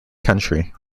country